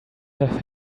have